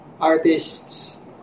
artists